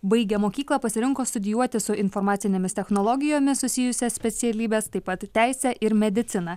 baigę mokyklą pasirinko studijuoti su informacinėmis technologijomis susijusias specialybes taip pat teisę ir mediciną